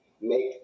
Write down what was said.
make